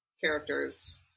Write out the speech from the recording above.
characters